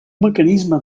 mecanisme